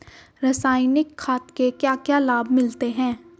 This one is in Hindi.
रसायनिक खाद के क्या क्या लाभ मिलते हैं?